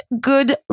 good